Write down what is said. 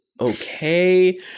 okay